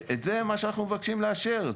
זה מה שאנחנו מבקשים לאשר.